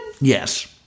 Yes